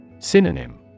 Synonym